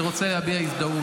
אני רוצה להביע הזדהות.